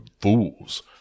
fools